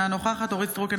אינה נוכחת אורית מלכה סטרוק,